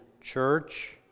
church